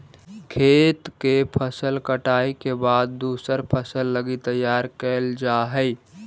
खेत के फसल कटाई के बाद दूसर फसल लगी तैयार कैल जा हइ